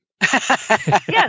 Yes